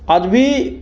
आज भी